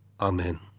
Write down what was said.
Amen